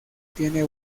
tiene